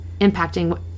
impacting